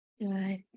Good